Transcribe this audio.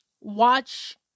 watch